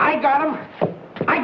i got him i